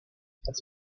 das